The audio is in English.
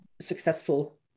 successful